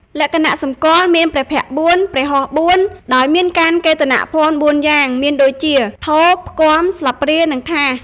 លក្ខណៈសម្គាល់ មានព្រះភ័ក្ត្រ៤ ព្រះហស្ថ៤ ដោយមានកាន់កេតណភ័ណ្ឌ៤យ៉ាង មានដូចជា ថូ ផ្គាំ ស្លាបព្រា និងថាស ។